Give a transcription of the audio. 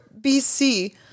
BC